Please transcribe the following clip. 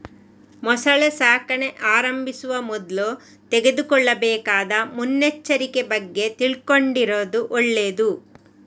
ಮೊಸಳೆ ಸಾಕಣೆ ಆರಂಭಿಸುವ ಮೊದ್ಲು ತೆಗೆದುಕೊಳ್ಳಬೇಕಾದ ಮುನ್ನೆಚ್ಚರಿಕೆ ಬಗ್ಗೆ ತಿಳ್ಕೊಂಡಿರುದು ಒಳ್ಳೇದು